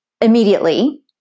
immediately